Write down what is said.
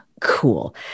cool